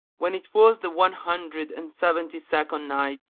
when it was the one hundred and seventy-second night,